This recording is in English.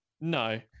No